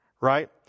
Right